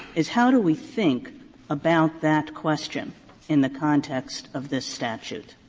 is how do we think about that question in the context of this statute?